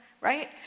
right